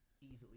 easily